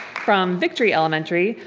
from victory elementary,